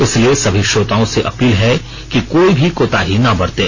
इसलिए सभी श्रोताओं से अपील है कि कोई भी कोताही ना बरतें